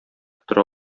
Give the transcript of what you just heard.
тора